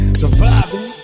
surviving